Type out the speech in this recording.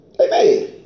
Amen